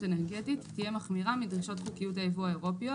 אנרגטית תהיה מחמירה מדרישות חוקיות היבוא האירופיות."